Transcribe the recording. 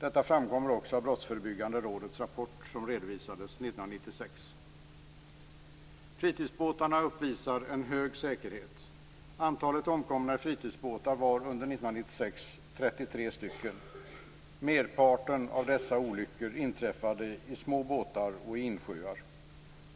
Detta framkommer också i Brottsförebyggande rådets rapport, som redovisades 1996. Fritidsbåtarna uppvisar en hög säkerhet. Antalet omkomna i fritidsbåtar var 33 under 1996. Merparten av dessa olyckor inträffade i små båtar och i insjöar.